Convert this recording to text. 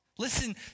Listen